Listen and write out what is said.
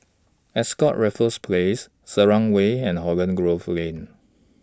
Ascott Raffles Place Selarang Way and Holland Grove Lane